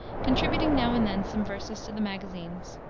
contributing now and then some verses to the magazines.